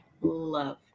love